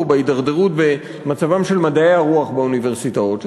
בהידרדרות במצבם של מדעי הרוח באוניברסיטאות,